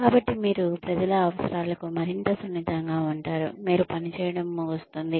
కాబట్టి మీరు ప్రజల అవసరాలకు మరింత సున్నితంగా ఉంటారు మీరు పని చేయడం ముగుస్తుంది